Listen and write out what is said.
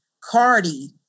Cardi